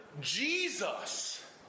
Jesus